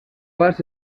pas